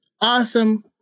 awesome